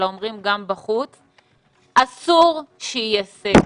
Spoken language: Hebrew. אלא אומרים גם בחוץ - אסור שיהיה סגר.